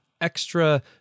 extra